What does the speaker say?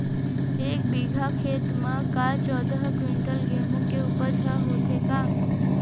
एक बीघा खेत म का चौदह क्विंटल गेहूँ के उपज ह होथे का?